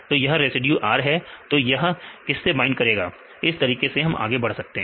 तो यह residue R है तो यह किससे बाइंड करेगा इस तरीके से हम आगे बढ़ सकते हैं